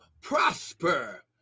prosper